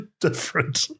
different